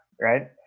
Right